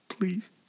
Please